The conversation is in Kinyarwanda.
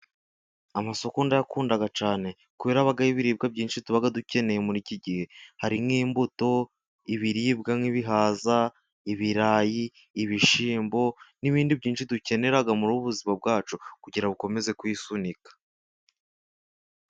Amasoko ndayakundaga cyane kubera habayo ibiribwa byinshi tuba dukeneye muri iki gihe. Hari nk'imbuto, ibiribwa nk'ibihaza, ibirayi, ibishyimbo n'ibindi byinshi dukenera mu ruhu ubuzima bwacu, kugira ngo ukomeze kuisunika.